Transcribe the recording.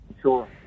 Sure